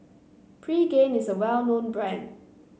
Pregain is a well known brand